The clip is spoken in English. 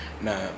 Nah